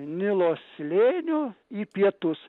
nilo slėniu į pietus